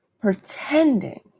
Pretending